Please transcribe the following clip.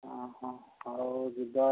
ହଉ ଯିବା ଯଦି